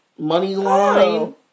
Moneyline